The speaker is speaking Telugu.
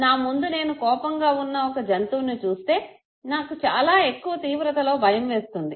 నా ముందు నేను కోపంగా వున్న ఒక జంతువుని చూస్తే నాకు చాలా ఎక్కువ తీవ్రతలో భయం వేస్తుంది